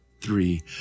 three